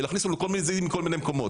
ולהכניס לנו כל מיני זיהויים מכל מיני מקומות.